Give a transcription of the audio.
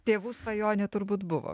tėvų svajonė turbūt buvo